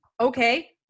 okay